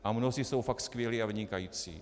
A mnozí jsou fakt skvělí a vynikající.